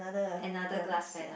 another glass panel